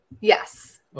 Yes